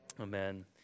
Amen